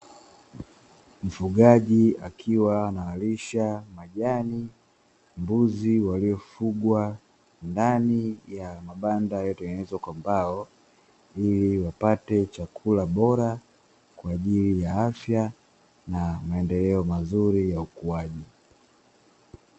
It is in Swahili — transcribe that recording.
Mfugaji akiwa analisha majani mbuzi waliofugwa ndani ya mabanda yaliyotengenezwa kwa mbao, ili wapate chakula bora kwa ajili ya afya na maendeleo mazuri ya ukuaji.